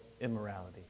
immorality